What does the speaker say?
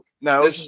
No